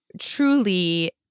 truly